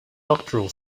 doctoral